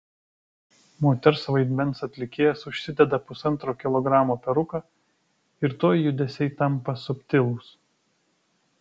moters vaidmens atlikėjas užsideda pusantro kilogramo peruką ir tuoj judesiai tampa subtilūs